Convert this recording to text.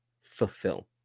fulfill